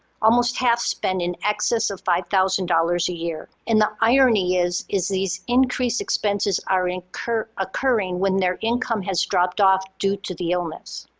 almost half spend in excess of five thousand dollars a year. and the irony is, is these increased expenses are occurring when their income has dropped off due to the illness.